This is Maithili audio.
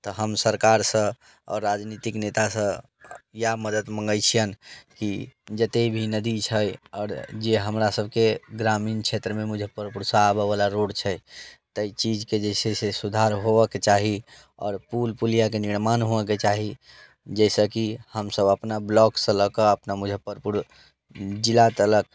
तऽ हम सरकारसन आओर राजनीतिक नेतासँ इएह मदति मङ्गै छियनि कि जतेक भी नदी छै आओर जे हमरासभके ग्रामीण क्षेत्रमे मुजफ्फरपुरसँ आबयवला रोड छै ताहि चीजके जे छै से सुधार होवयके चाही आओर पुल पुलियाके निर्माण होवयके चाही जाहिसँ कि हमसभ अपना ब्लॉकसँ लऽ कऽ अपना मुजफ्फरपुर जिला तलक